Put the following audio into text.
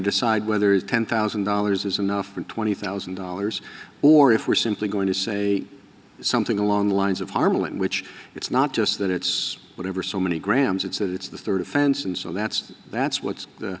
decide whether ten thousand dollars is enough for twenty thousand dollars or if we're simply going to say something along the lines of harmala in which it's not just that it's whatever so many grams it's that it's the third offense and so that's that's what's the